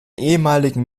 ehemaligen